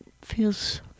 feels